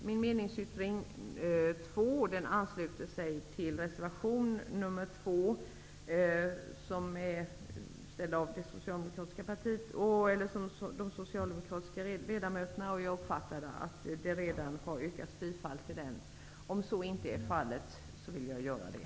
Min meningsyttring nr 2 ansluter sig till den socialdemokratiska reservationen nr 2. Jag uppfattade det som om det redan har yrkats bifall till denna, men om så inte är fallet vill jag göra det.